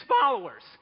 followers